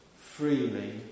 Freely